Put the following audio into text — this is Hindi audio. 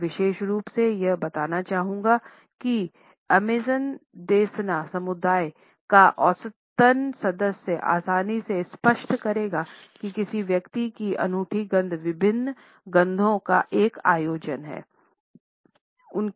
मैं विशेष रूप से यह बताना चाहूंगा कि अमेजन देसाना समुदाय का औसत सदस्य आसानी से स्पष्ट करेगा कि किसी व्यक्ति की अनूठी गंध विभिन्न गंधों का एक संयोजन है